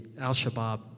Al-Shabaab